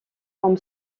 comme